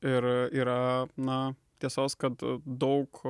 ir yra na tiesos kad daug